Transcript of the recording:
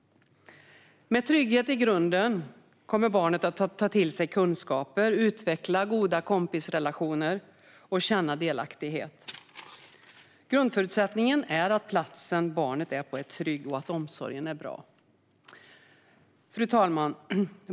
Med trygghet i grunden kommer barnet att ta till sig kunskaper, utveckla goda kompisrelationer och känna delaktighet. Grundförutsättningen är att platsen barnet är på är trygg och att omsorgen är bra. Fru talman!